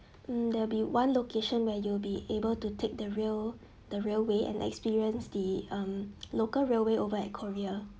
hmm there'll be one location where you'll be able to take the rail~ the railway and experience the um local railway over at korea